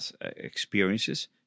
experiences